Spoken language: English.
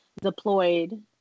deployed